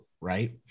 Right